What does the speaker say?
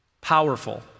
powerful